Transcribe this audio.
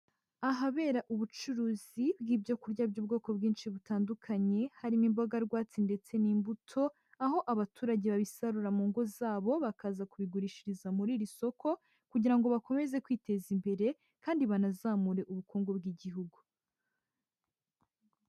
Ahabera ubucuruzi bw'ibyo kurya by'ubwoko bwinshi butandukanye, harimo imboga rwatsi ndetse n'imbuto, aho abaturage babisarura mu ngo zabo bakaza kubigurishiriza muri iri soko kugira ngo bakomeze kwiteza imbere, kandi banazamure ubukungu bw'Igihugu.